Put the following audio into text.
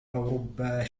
أوروبا